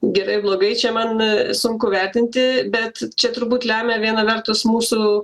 gerai blogai čia man sunku vertinti bet čia turbūt lemia viena vertus mūsų